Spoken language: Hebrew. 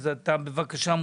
בבקשה.